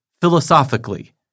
philosophically